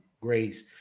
Grace